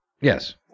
Yes